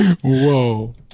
Whoa